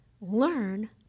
learn